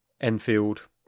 Enfield